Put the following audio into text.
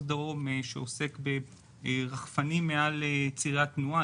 דרום שעוסק ברחפנים מעל צירי התנועה.